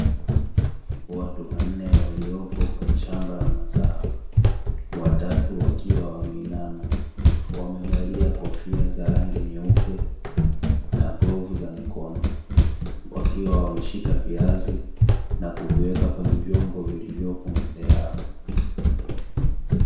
Watu wanne waliopo kwenye shamba la mazao, watatu wakiwa wameinama. Wamevalia kofia za rangi nyeupe, na glavu za mikono. Wakiwa wameshika viazi, na kuviweka kwenye vyombo vilivyopo mbele yao.